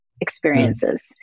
experiences